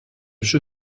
jeu